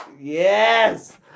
Yes